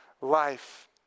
life